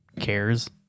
cares